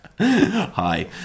Hi